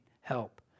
help